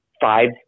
five